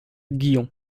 guyon